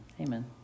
Amen